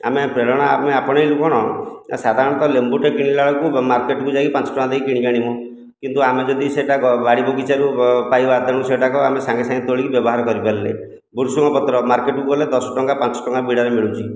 ଆମେ ପ୍ରେରଣା ଆମେ ଆପଣେଇଲୁ କ'ଣ ନା ସାଧାରଣତଃ ଲେମ୍ବୁଟିଏ କିଣିଲା ବେଳକୁ ମାର୍କେଟକୁ ଯାଇକି ପାଞ୍ଚ ଟଙ୍କା ଦେଇ କିଣିକି ଆଣିବୁ କିନ୍ତୁ ଆମେ ଯଦି ସେଇଟା ବାଡ଼ି ବଗିଚାରୁ ପାଇବା ତେଣୁ ସେଇଟାକୁ ଆମେ ସାଙ୍ଗେ ସାଙ୍ଗେ ତୋଳିକି ବ୍ୟବହାର କରି ପାରିଲେ ଭୃସୁଙ୍ଗ ପାତ୍ର ମାର୍କେଟକୁ ଗଲେ ଦଶ ଟଙ୍କା ପାଞ୍ଚ ଟଙ୍କା ବିଡ଼ାରେ ମିଳୁଛି